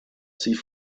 sie